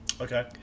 Okay